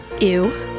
Ew